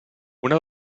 una